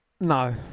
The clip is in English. No